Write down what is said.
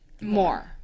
more